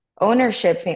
ownership